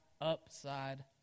upside